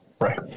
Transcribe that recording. right